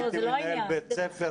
הייתי מנהל בית ספר,